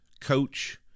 coach